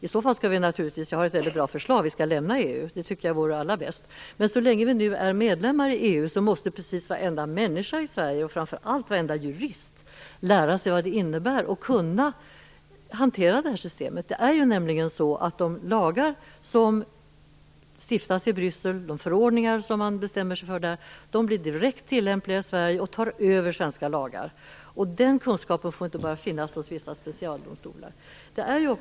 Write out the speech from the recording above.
I så fall har jag ett mycket bra förslag, nämligen att vi skall lämna EU. Det tycker jag vore det allra bästa. Men så länge Sverige är medlem i EU måste varenda människa i Sverige, framför allt varenda jurist, lära sig vad det innebär och kunna hantera det här systemet. De lagar som stiftas i Bryssel - de förordningar som man bestämmer sig för där - blir direkt tillämpliga i Sverige och tar över svenska lagar. Den här kunskapen får inte bara finnas hos vissa specialdomstolar.